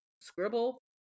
scribble